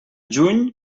juny